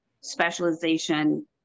specialization